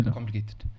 Complicated